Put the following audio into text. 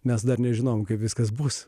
mes dar nežinome kaip viskas bus